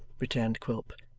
returned quilp.